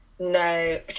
No